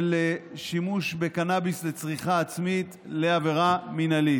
שימוש בקנביס לצריכה עצמית לעבירה מינהלית.